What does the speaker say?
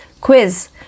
quiz